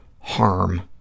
harm